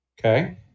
Okay